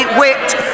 whipped